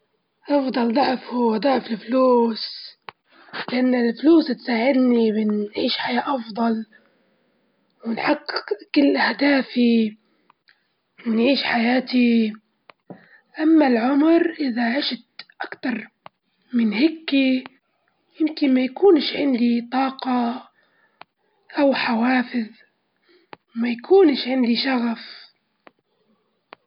أفضل طبعًا أفضل الوجت لإن المال ممكن يتجمع في وقت قصير، لكن الوقت طبعا محدود ما يتعوضش بكر، وبالتالي طبعا بنستغل فيه استغلال بشكل يعني جيد وبشكل كويس بشكل صحيح، مثلا لكن لحد ما نفضل الوجت طبعًا أكيد.